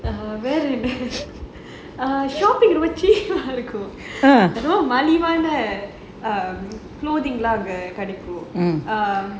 err வேற என்ன:vera enna err shopping ரொம்ப:romba cheap இருக்கும் மலிவான:irukum malivaana um clothing எல்லா அங்க கிடைக்கும்:ellaa anga kidaikum err